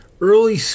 early